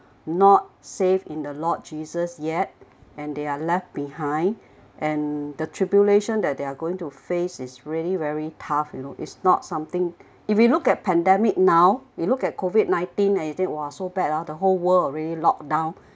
not safe in the lord jesus yet and they are left behind and the tribulation that they are going to face is really very tough you know it's not something if we look at pandemic now you look at COVID nineteen and you think !wah! so bad ah the whole world already locked down